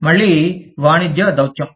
మళ్ళీ వాణిజ్య దౌత్యం